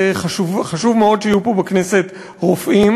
והצטערו שהרופא שלהם הולך למקום אחר.